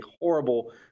horrible